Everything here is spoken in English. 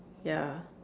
ya